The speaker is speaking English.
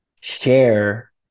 share